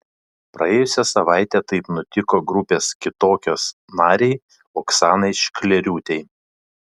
praėjusią savaitę taip nutiko grupės kitokios narei oksanai šklėriūtei